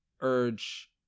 urge